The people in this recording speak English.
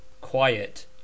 Quiet